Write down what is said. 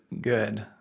good